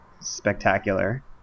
Spectacular